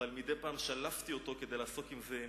אבל מדי פעם שלפתי אותו כדי לעסוק בו עם